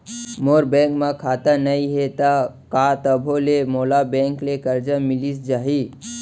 मोर bank म खाता नई हे त का तभो ले मोला बैंक ले करजा मिलिस जाही?